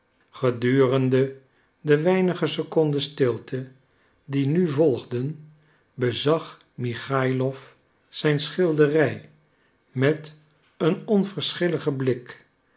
gedurende de weinige seconden stilte die nu volgden bezag michaïlof zijn schilderij met een onverschilligen blik